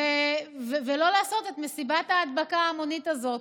ולא לעשות את מסיבת ההדבקה ההמונית הזאת,